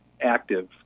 active